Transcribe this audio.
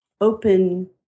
open